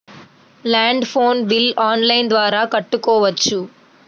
Land phone bill online ద్వారా కట్టుకోవచ్చు?